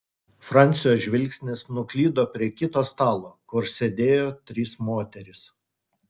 francio žvilgsnis nuklydo prie kito stalo kur sėdėjo trys moterys